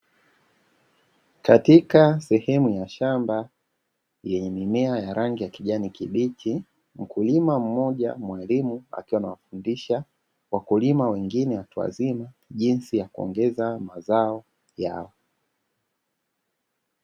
Katika sehemu ya shamba yenye mimea ya rangi ya kijani kibichi, mkulima mmoja mwalimu akiwa anawafundisha wakulima wengine watu wazima jinsi ya kuongeza mazao yao.